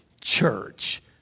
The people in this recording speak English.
church